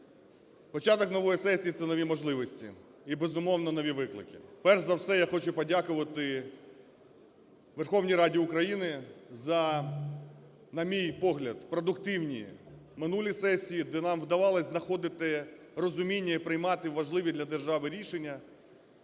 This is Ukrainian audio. Початок нової сесії – це нові можливості і, безумовно, нові виклики. Перш за все я хочу подякувати Верховній Раді України за, на мій погляд, продуктивні минулі сесії, де нам вдавалось знаходити розуміння і приймати важливі для держави рішення.